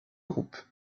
groupe